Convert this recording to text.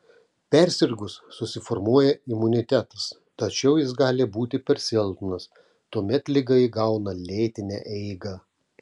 persirgus susiformuoja imunitetas tačiau jis gali būti per silpnas tuomet liga įgauna lėtinę eigą